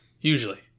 usually